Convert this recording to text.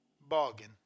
bargain